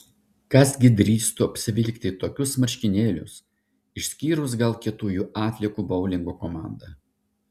kas gi drįstų apsivilkti tokius marškinėlius išskyrus gal kietųjų atliekų boulingo komandą